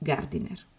Gardiner